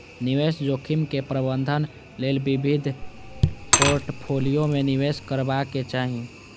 निवेश जोखिमक प्रबंधन लेल विविध पोर्टफोलियो मे निवेश करबाक चाही